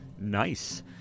Nice